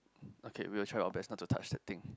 okay we will try our best not to touch the thing